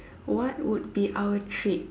what would be our treat